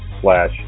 slash